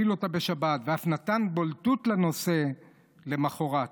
להפעיל אותה בשבת, ואף נתן בולטות לנושא למוחרת.